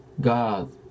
God